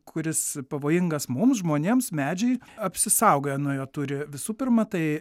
kuris pavojingas mums žmonėms medžiai apsisaugoję nuo jo turi visų pirma tai